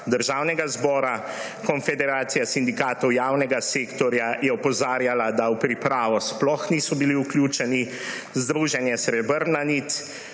Državnega zbora, Konfederacija sindikatov javnega sektorja je opozarjala, da v pripravo sploh niso bili vključeni, združenje Srebrna nit